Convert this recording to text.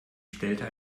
stellte